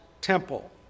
temple